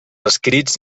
escrits